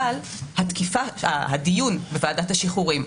אבל הדיון בוועדת השחרורים,